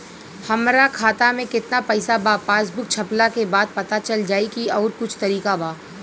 हमरा खाता में केतना पइसा बा पासबुक छपला के बाद पता चल जाई कि आउर कुछ तरिका बा?